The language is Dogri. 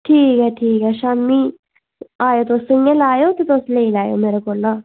ठीक ऐ ठीक ऐ शामीं आएओ तुस सं'ञै'लै आएओ ते तुस लेई लैएओ मेरे कोला